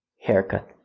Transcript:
haircut